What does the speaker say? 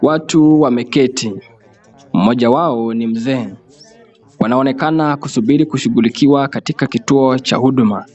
Watu wameketi. Mmoja wao ni mzee. Wanaonekana kusubiri kushughulikiwa kwenye kituo cha huduma.